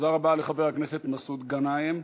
תודה רבה לחבר הכנסת מסעוד גנאים.